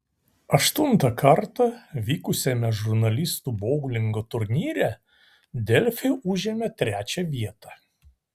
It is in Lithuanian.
aštuntą kartą vykusiame žurnalistų boulingo turnyre delfi užėmė trečią vietą